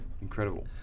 Incredible